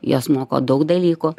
juos moko daug dalykų